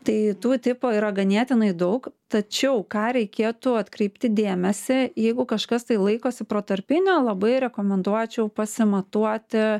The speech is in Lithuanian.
tai tų tipų yra ganėtinai daug tačiau ką reikėtų atkreipti dėmesį jeigu kažkas tai laikosi protarpinio labai rekomenduočiau pasimatuoti